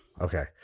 Okay